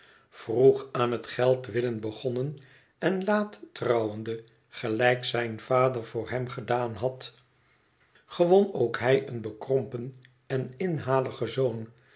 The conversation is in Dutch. vroeg aan het geldwinnen begonnen en laat trouwende gelijk zijn vader voor hem gedaan had gewon ook hij een bekrompen en inhaligen zoon